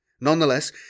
Nonetheless